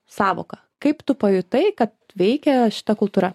sąvoka kaip tu pajutai kad veikia šita kultūra